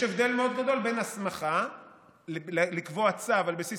יש הבדל מאוד גדול בין הסמכה לקבוע צו על בסיס